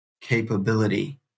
capability